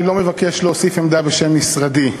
אני לא מבקש להוסיף עמדה בשם משרדי.